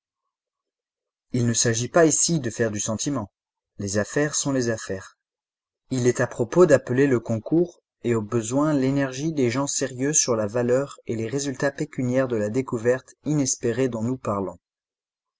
il ne s'agit pas ici de faire du sentiment les affaires sont les affaires il est à propos d'appeler le concours et au besoin l'énergie des gens sérieux sur la valeur et les résultats pécuniaires de la découverte inespérée dont nous parlons